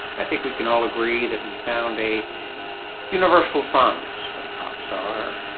i think we can all agree that we found a universal fondness for the pop star,